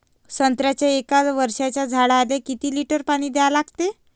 संत्र्याच्या एक वर्षाच्या झाडाले किती लिटर पाणी द्या लागते?